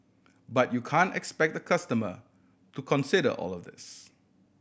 but you can expect a customer to consider all of this